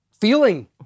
feeling